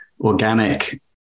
organic